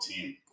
team